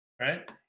right